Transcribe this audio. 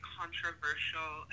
controversial